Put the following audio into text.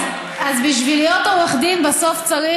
אז בשביל להיות עורך דין צריך